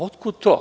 Otkud to?